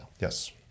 Yes